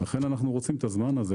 ולכן אנחנו רוצים את הזמן.